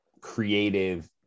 creative